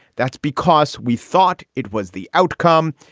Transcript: that's because we thought it was the outcome.